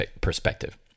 perspective